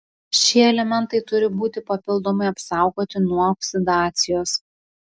šie elementai turi būti papildomai apsaugoti nuo oksidacijos